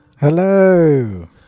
Hello